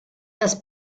das